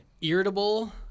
Irritable